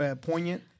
poignant